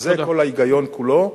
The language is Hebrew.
אז זה כל ההיגיון כולו,